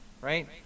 right